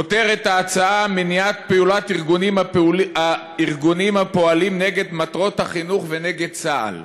כותרת ההצעה: מניעת פעולת הארגונים הפועלים נגד מטרות החינוך ונגד צה"ל.